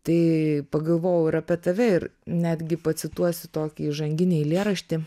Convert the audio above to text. tai pagalvojau ir apie tave ir netgi pacituosiu tokį įžanginį eilėraštį